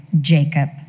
Jacob